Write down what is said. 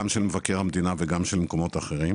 גם של מבקר המדינה וגם של מקומות אחרים.